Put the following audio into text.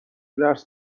درس